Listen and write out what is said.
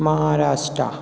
Maharashtra